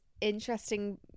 interesting